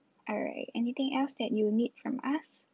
alright anything else that you need from us